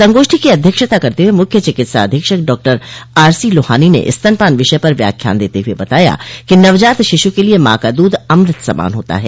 संगोष्ठी की अध्यक्षता करते हुए मुख्य चिकित्सा अधीक्षक डॉ आर सी लोहानी ने स्तनपान विषय पर व्याख्यान देते हुए बताया कि नवजात शिशु के लिए माँ का दूध अमृत समान होता है